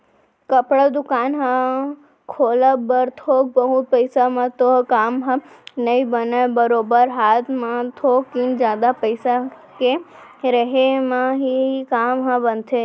कपड़ा दुकान ह खोलब बर थोक बहुत पइसा म तो काम ह नइ बनय बरोबर हात म थोकिन जादा पइसा के रेहे म ही काम ह बनथे